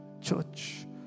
church